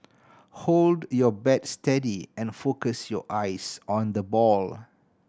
hold your bat steady and focus your eyes on the ball